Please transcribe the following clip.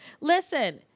Listen